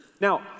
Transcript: Now